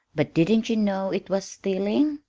but didn't you know it was stealing?